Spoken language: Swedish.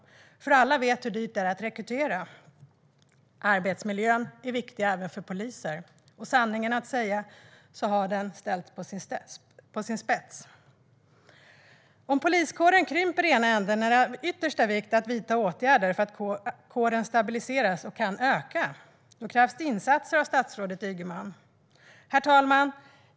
Alla vet ju hur dyrt det är att rekrytera. Arbetsmiljön är viktig även för poliser, och sanningen att säga så har den ställts på sin spets. Om poliskåren krymper i ena änden är det av yttersta vikt att vidta åtgärder för att kåren stabiliseras och därmed kan öka. Då krävs insatser av statsrådet Ygeman. Herr talman!